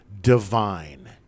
divine